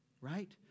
right